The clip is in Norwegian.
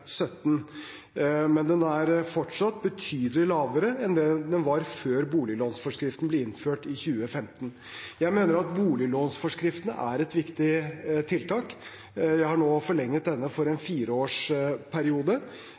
Men den er fortsatt betydelig lavere enn det den var før boliglånsforskriften ble innført i 2015. Jeg mener at boliglånsforskriften er et viktig tiltak. Jeg har nå forlenget denne for